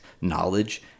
knowledge